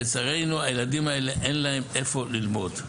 לצערנו הילדים האלה אין להם איפה ללמוד.